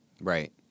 Right